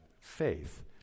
faith